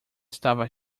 estava